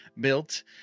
built